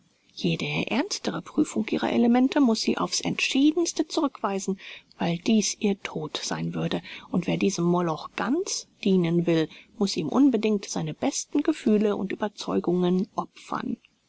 jede ernstere prüfung ihrer elemente muß sie auf's entschiedenste zurückweisen weil dies ihr tod sein würde und wer diesem moloch ganz dienen will muß ihm unbedingt seine besten gefühle und ueberzeugungen opfern